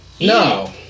No